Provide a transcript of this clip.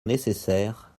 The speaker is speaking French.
nécessaire